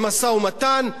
במשא-ומתן,